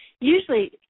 Usually